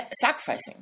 sacrificing